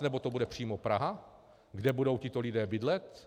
Nebo to bude přímo Praha, kde budou tito lidé bydlet?